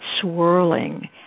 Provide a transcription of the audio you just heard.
swirling